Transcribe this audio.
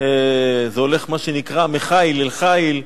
זה הולך, מה שנקרא מחיל אל חיל.